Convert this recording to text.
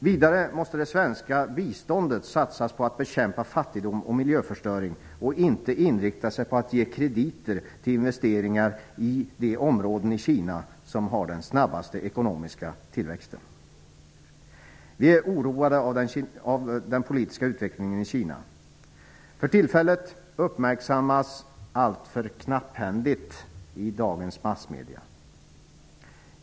Vidare måste det svenska biståndet satsas på att bekämpa fattigdom och miljöförstöring och inte inrikta sig på att ge krediter till investeringar i de områden i Kina som har den snabbaste ekonomiska tillväxten. Vi är oroade av den politisk utvecklingen i Kina, vilken för tillfället uppmärksammas alltför knapphändigt i dagens massmedier.